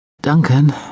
Duncan